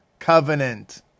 covenant